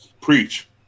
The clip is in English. preach